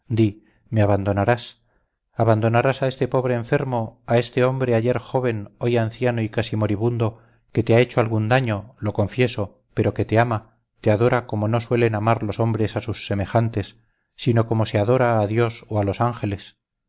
me abandonarás abandonarás a este pobre enfermo a este hombre ayer joven hoy anciano y casi moribundo que te ha hecho algún daño lo confieso pero que te ama te adora como no suelen amar los hombres a sus semejantes sino como se adora a dios o a los ángeles